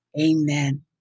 Amen